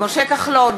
משה כחלון,